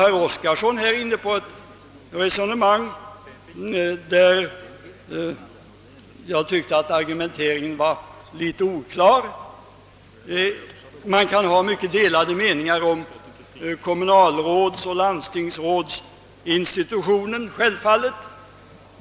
Herr Oskarson förde beträffande den kommunala demokratien en argumentering som var något oklar. Man kan givetvis ha olika meningar om kommunalrådsoch landstingsrådsinstitutionen som sådan.